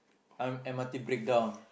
M M_R_T breakdown